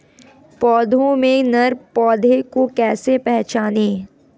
पौधों में नर पौधे को कैसे पहचानें?